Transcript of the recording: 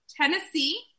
Tennessee